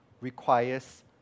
requires